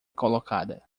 colocada